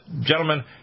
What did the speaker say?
Gentlemen